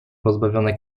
pozbawione